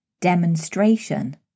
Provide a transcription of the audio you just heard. demonstration